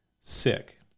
sick